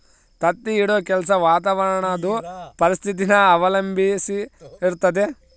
ತತ್ತಿ ಇಡೋ ಕೆಲ್ಸ ವಾತಾವರಣುದ್ ಪರಿಸ್ಥಿತಿನ ಅವಲಂಬಿಸಿರ್ತತೆ